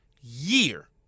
year